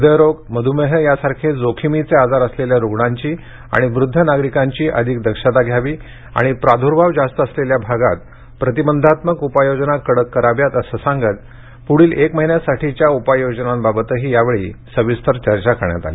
हृदयरोग मध्मेह यासारखे जोखिमीचे आजार असलेल्या रुग्णांची आणि वृद्ध नागरिकांची अधिक दक्षता घ्यावी आणि प्रादुर्भाव जास्त असलेल्या भागात प्रतिबंधात्मक उपाययोजना कडक कराव्यात असं सांगत पुढील एक महिन्यासाठीच्या उपाययोजनांबाबतही यावेळी सविस्तर चर्चा करण्यात आली